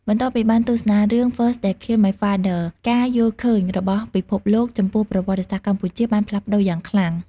បន្ទាប់ពីបានទស្សនារឿង First They Killed My Father ការយល់ឃើញរបស់ពិភពលោកចំពោះប្រវត្តិសាស្ត្រកម្ពុជាបានផ្លាស់ប្ដូរយ៉ាងខ្លាំង។